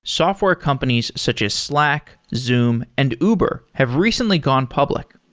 software companies such as slack, zoom and uber have recently gone public.